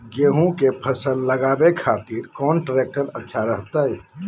गेहूं के फसल लगावे खातिर कौन ट्रेक्टर अच्छा रहतय?